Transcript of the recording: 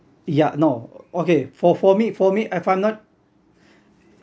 yeah no okay for for me for me If I'm not